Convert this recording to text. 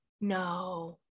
no